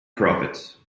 profit